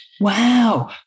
Wow